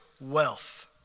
wealth